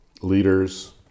leaders